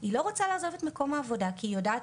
והיא לא רוצה לעזוב את מקום העבודה שלה כי היא יודעת,